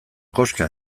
koxka